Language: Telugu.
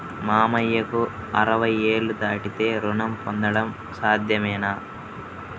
మామయ్యకు అరవై ఏళ్లు దాటితే రుణం పొందడం సాధ్యమేనా?